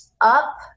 up